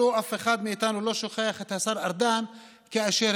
אף אחד מאיתנו לא שוכח את השר ארדן כאשר